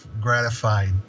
Gratified